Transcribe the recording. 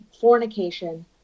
fornication